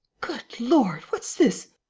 good lord, what's this.